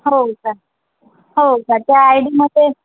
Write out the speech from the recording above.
होय का होय का त्या आयडीमधे